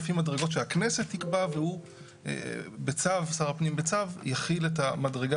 לפי מדרגות שהכנסת תקבע ושר הפנים בצו יחיל את המדרגה